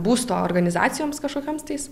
būsto organizacijoms kažkokioms tais